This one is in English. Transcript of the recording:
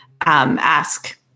ask